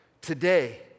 Today